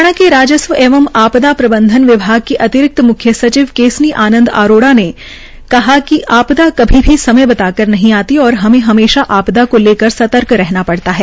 हरियाणा के राजस्व एवं आपदा प्रबंधन विभाग की अतिरिक्त मुख्य सचिव केसनी आनंद अरोड़ा ने कहा कि आपदा कभी भी समय बताकर नहीं आती और हमें हमेशा आपदा को लेकर सतर्क रहना पड़ता है